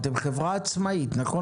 אתם חברה עצמאית, נכון?